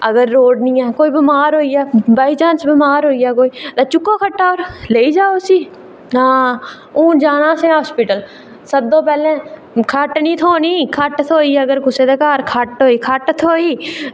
अगर रोड़ निं ऐ कोई बमार होई जा बायचांस बमार होई जा कोई ते चुक्को खट्टा ते लेई जाओ उसी आं हून जाना असलें हॉस्पिटल सद्दो पैह्लें खट्ट निं थ्होनी खट्ट थ्होई अगर कुसै दे घर खट्ट थ्होई